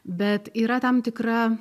bet yra tam tikra